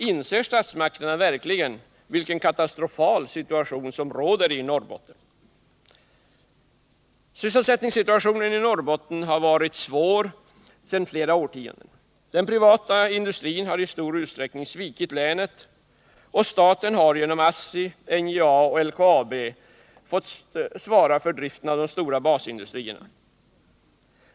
Inser statsmakterna verkligen hur katastrofal situationen är i Norrbotten? Sysselsättningssituationen i Norrbotten har varit svår sedan flera årtionden. Den privata industrin har i stor utsträckning svikit länet, och staten har genom ASSI, NJA och LKAB fått svara för driften av de stora basindustrierna.